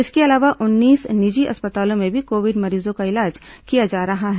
इसके अलावा उन्नीस निजी अस्पतालों में भी कोविड मरीजों का इलाज किया जा रहा है